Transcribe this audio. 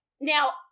Now